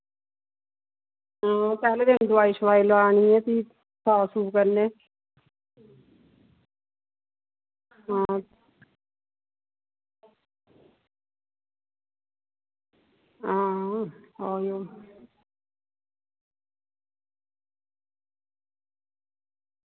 हां पैह्ले दिन दोआई शुआई लानी ऐ फ्ही साफ सूफ करने हां हां ओह्